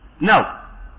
Now